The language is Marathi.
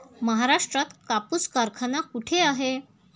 महाराष्ट्रात कापूस कारखाना कुठे आहे?